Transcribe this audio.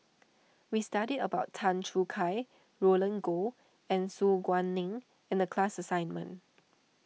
we studied about Tan Choo Kai Roland Goh and Su Guaning in the class assignment